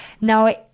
Now